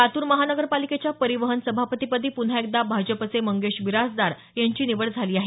लातूर महानगरपालिकेच्या परिवहन सभापतीपदी पुन्हा एकदा भाजपाचे मंगेश बिराजदार यांची निवड झाली आहे